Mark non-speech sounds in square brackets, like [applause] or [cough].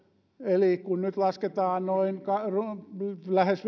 eli kun nyt lasketaan niin lähes [unintelligible]